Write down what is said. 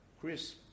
Chris